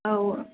औ